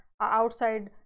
outside